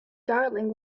darling